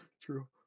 True